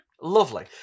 Lovely